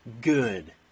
good